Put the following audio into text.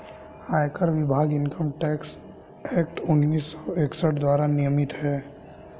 आयकर विभाग income tax act उन्नीस सौ इकसठ द्वारा नियमित है